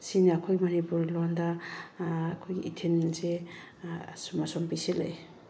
ꯁꯤꯅꯤ ꯑꯩꯈꯣꯏ ꯃꯅꯤꯄꯨꯔꯤ ꯂꯣꯟꯗ ꯑꯩꯈꯣꯏꯒꯤ ꯏꯊꯤꯜꯁꯦ ꯑꯁꯨꯝ ꯑꯁꯨꯝ ꯄꯤꯛꯁꯤꯜꯂꯛꯑꯦ